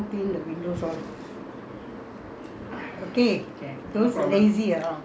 ah later ah you put down the curtains all ah you better clean the windows all